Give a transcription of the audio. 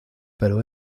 pero